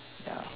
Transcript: ya